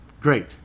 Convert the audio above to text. Great